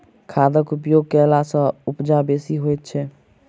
खादक उपयोग कयला सॅ उपजा बेसी होइत छै